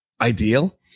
ideal